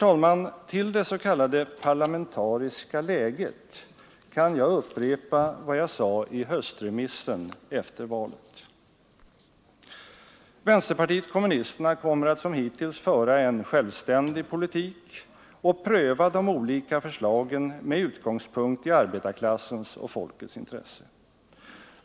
Angående det s.k. parlamentariska läget kan jag upprepa vad jag sade i höstremissen efter valet: Vänsterpartiet kommunisterna kommer att som hittills föra en självständig politik och pröva de olika förslagen med utgångspunkt i arbetarklassens och folkets intresse.